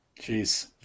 Jeez